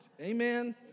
Amen